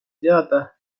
teada